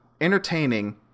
entertaining